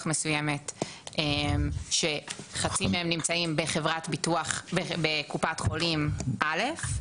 מסוימת שחצי מהם נמצאים בקופת חולים א'.